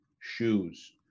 shoes